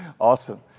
Awesome